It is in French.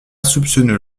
soupçonneux